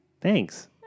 Thanks